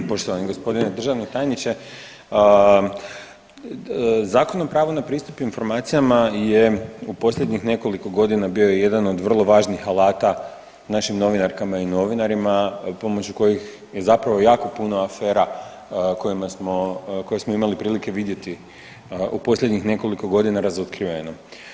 Poštovani gospodine državi tajniče, Zakon o pravu na pristup informacijama je u posljednjih nekoliko godina bio jedan od vrlo važnih alata našim novinarkama i novinarima pomoću kojih je zapravo jako puno afera kojima smo, koje smo imali prilike vidjeti u posljednjih nekoliko godina razotkriveno.